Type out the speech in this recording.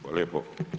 Hvala lijepo.